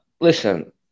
listen